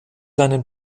einen